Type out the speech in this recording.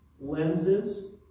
lenses